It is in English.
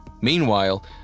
Meanwhile